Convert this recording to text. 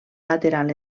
lateral